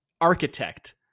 architect